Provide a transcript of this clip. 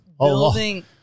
building